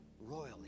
royally